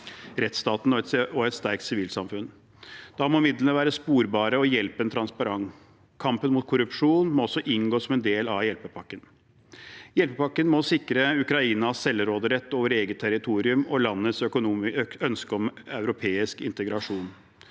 rettsstat og et sterkt sivilsamfunn. Da må midlene være sporbare og hjelpen transparent. Kampen mot korrupsjon må også inngå som en del av hjelpepakken. Hjelpepakken må sikre Ukraina selvråderett over eget territorium og landets ønske om europeisk integrasjon.